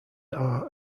are